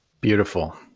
Beautiful